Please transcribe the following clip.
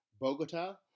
Bogota